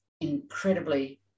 incredibly